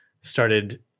started